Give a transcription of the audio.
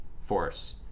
force